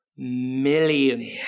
Million